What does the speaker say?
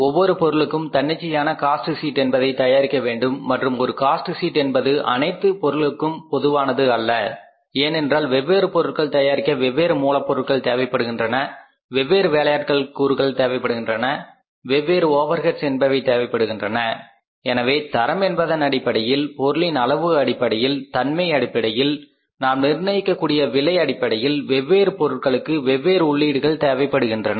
ஒவ்வொரு பொருளுக்கும் தன்னிச்சையான காஸ்ட் ஷீட் என்பதை தயாரிக்க வேண்டும் மற்றும் ஒரு காஸ்ட் ஷீட் என்பது அனைத்து பொருட்களுக்கும் பொதுவானது அல்ல ஏனென்றால் வெவ்வேறு பொருட்கள் தயாரிக்க வெவ்வேறு மூலப் பொருட்கள் தேவைப்படுகின்றன வெவ்வேறு வேலையாட்களின் கூறுகள் தேவைப்படுகின்றன வெவ்வேறு ஓவர்ஹெட்ஸ் என்பவை தேவைப்படுகின்றன எனவே தரம் என்பதன் அடிப்படையில் பொருளின் அளவு அடிப்படையில் தன்மை அடிப்படையில் நாம் நிர்ணயிக்கக்கூடிய விலை அடிப்படையில் வெவ்வேறு பொருட்களுக்கு வெவ்வேறு உள்ளீடுகள் தேவைப்படுகின்றன